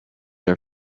are